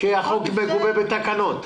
כי החוק מגובה בתקנות.